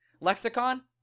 lexicon